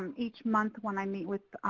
each month when i meet with